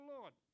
Lord